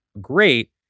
great